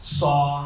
saw